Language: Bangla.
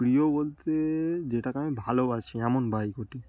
প্রিয় বলতে যেটাকে আমি ভালোবাসি এমন বাইক ওটা